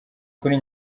kuri